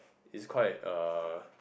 is quite uh